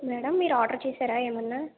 madam మీరు order చేశారా ఏమైనా